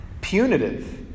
punitive